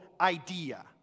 idea